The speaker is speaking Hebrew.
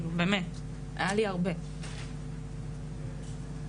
היה לי הרבה באמת.